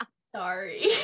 Sorry